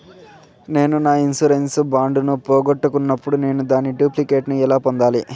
నేను నా insurance bond ను పోగొట్టుకున్నప్పుడు నేను దాని డూప్లికేట్ ను ఎలా పొందాలి?